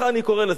תודה.